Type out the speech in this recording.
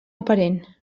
aparent